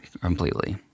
completely